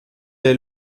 est